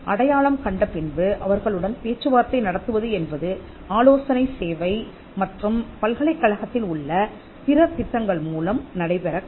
அடையாளம் கண்ட பின்பு அவர்களுடன் பேச்சுவார்த்தை நடத்துவது என்பது ஆலோசனை சேவை மற்றும் பல்கலைக்கழகத்தில் உள்ள பிற திட்டங்கள் மூலம் நடைபெறக் கூடும்